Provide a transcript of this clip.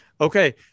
okay